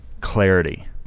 clarity